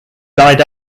died